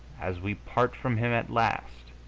as we part from him at last,